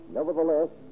nevertheless